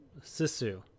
Sisu